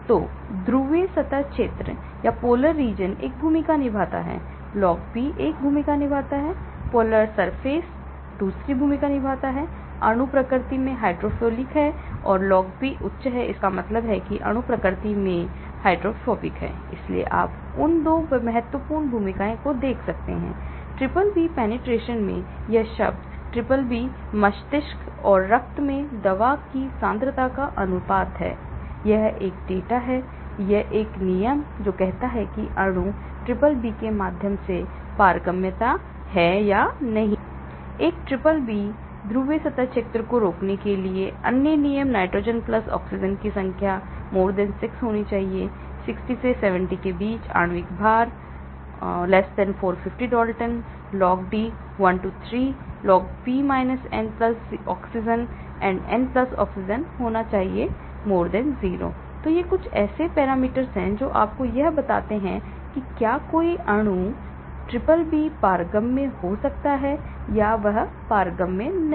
तो ध्रुवीय सतह क्षेत्र एक भूमिका निभाता है log P एक भूमिका निभाता है ध्रुवीय सतह क्षेत्र उच्च साधन है अणु प्रकृति में हाइड्रोफिलिक हैं log P उच्च है इसका मतलब है कि अणु प्रकृति में हाइड्रोफोबिक हैं इसलिए आप उन 2 महत्वपूर्ण भूमिकाएं BBB penetration में देख सकते हैं यह शब्द BBB मस्तिष्क और रक्त में दवा की सांद्रता का अनुपात है यह एक डेटा है एक नियम जो कहता है कि अणु BBB के माध्यम से पारगम्यता है या नहीं एक BBB ध्रुवीय सतह क्षेत्र को रोकने के लिए अन्य नियम नाइट्रोजन ऑक्सीजन की संख्या 6 होनी चाहिए 60 से 70 आणविक भार 450 log D 1 to 3 log P N 0 and N oxygen होना चाहिए 0 तो ये कुछ अन्य पैरामीटर हैं जो आपको यह भी बताते हैं कि क्या कोई अणु BBB पारगम्य हो सकता है या BBB पारगम्य नहीं